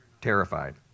terrified